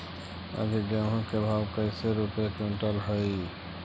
अभी गेहूं के भाव कैसे रूपये क्विंटल हई?